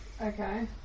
Okay